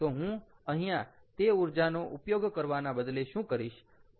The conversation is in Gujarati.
તો હું અહીંયા તે ઊર્જાનો ઉપયોગ કરવાના બદલે શું કરીશ